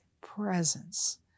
presence